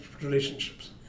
relationships